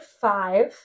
five